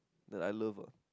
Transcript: that I love ah